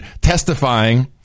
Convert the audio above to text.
testifying –